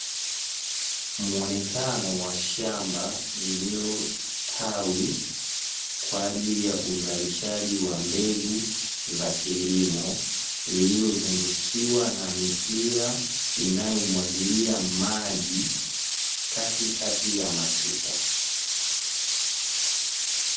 Muomekano wa shamba lililostawi, kwa ajili ya uzalishaji wa mbegu za kilimo, lililozungushiwa na mipira inayomwagilia maji katikati ya matuta.